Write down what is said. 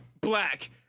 black